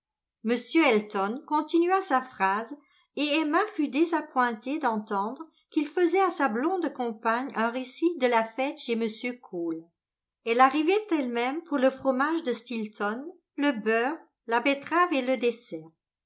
m elton continua sa phrase et emma fut désappointée d'entendre qu'il faisait à sa blonde compagne un récit de la fête chez m cole elle arrivait elle-même pour le fromage de stilton le beurre la betterave et le dessert